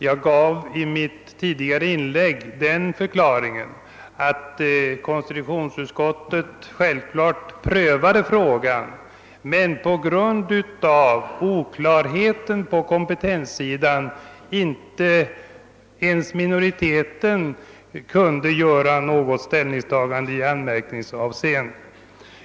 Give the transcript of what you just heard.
Jag gav i mitt tidigare inlägg den förklaringen, att konstitutionsutskottet visserligen prövade frågan men att på grund av oklarheten beträffande kompetensen inte heller minoriteten ville göra en anmärkning.